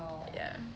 oh